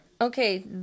Okay